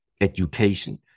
education